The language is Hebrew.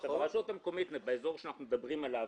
הרשות המקומית באזור שאנחנו מדברים עליו,